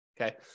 Okay